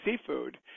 seafood